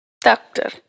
Doctor